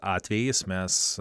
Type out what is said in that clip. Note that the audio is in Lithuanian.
atvejais mes